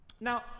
Now